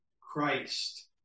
Christ